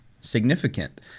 significant